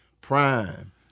prime